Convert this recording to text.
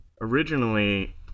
originally